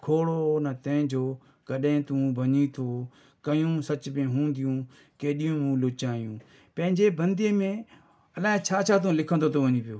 खोड़ो हुन तुंहिंजो कॾहिं तूं भञीं थो कयूं सच में हूंदियूं केॾियूं मूं लुचायूं पंहिंजे बंदीअ में अलाए छा छा थो लिखंदो थो वञे पियो